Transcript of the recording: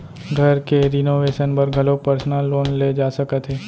घर के रिनोवेसन बर घलोक परसनल लोन ले जा सकत हे